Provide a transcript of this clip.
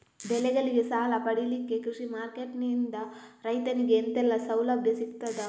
ಬೆಳೆಗಳಿಗೆ ಸಾಲ ಪಡಿಲಿಕ್ಕೆ ಕೃಷಿ ಮಾರ್ಕೆಟ್ ನಿಂದ ರೈತರಿಗೆ ಎಂತೆಲ್ಲ ಸೌಲಭ್ಯ ಸಿಗ್ತದ?